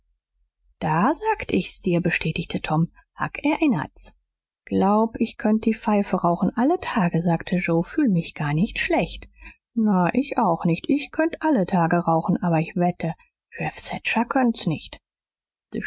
da sagt ich's dir bestätigte tom huck erinnert's glaub ich könnt die pfeife rauchen alle tage sagte joe fühl mich gar nicht schlecht na ich auch nicht ich könnt alle tage rauchen aber ich wette jeff thatcher könnt's nicht